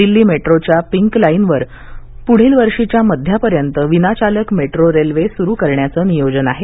दिल्ली मेट्रोच्या पिंक लाईनवर पुढील वर्षीच्या मध्यापर्यंत विनावाहक मेट्रो रेल्वे सुरू करण्याचं नियोजन आहे